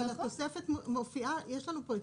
אבל יש לנו פה התוספת.